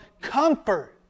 comfort